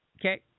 okay